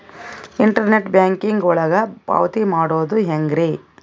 Internet banking ಒಳಗ ಪಾವತಿ ಮಾಡೋದು ಹೆಂಗ್ರಿ?